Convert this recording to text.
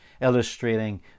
illustrating